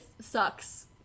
sucks